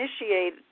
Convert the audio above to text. initiate